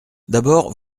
d’abord